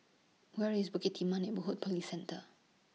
Where IS Bukit Timah Neighbourhood Police Centre